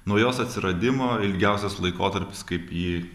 nuo jos atsiradimo ilgiausias laikotarpis kaip ji